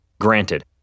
Granted